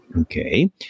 Okay